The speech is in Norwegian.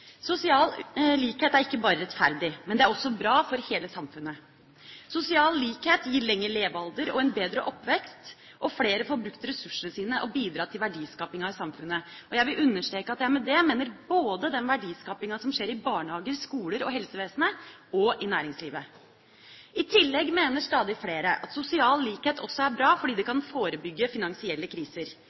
Sosial likhet er ikke bare rettferdig, det er også bra for hele samfunnet. Sosial likhet gir lengre levealder og en bedre oppvekst, og flere får brukt ressursene sine og bidratt til verdiskapinga i samfunnet. Jeg vil understreke at jeg med det mener både den verdiskapinga som skjer i barnehager, skoler og helsevesenet, og den som skjer i næringslivet. I tillegg mener stadig flere at sosial likhet også er bra fordi det kan forebygge finansielle kriser.